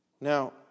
Now